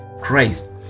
Christ